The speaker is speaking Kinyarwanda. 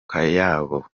kayabo